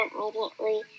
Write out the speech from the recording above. immediately